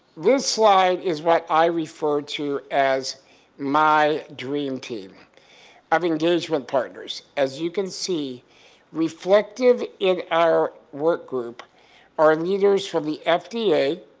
this slide is what i refer to as my dream team of engagement partners as you can see reflected in our workgroup are leaders from the fda,